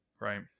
right